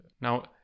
now